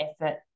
effort